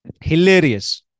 Hilarious